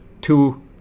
two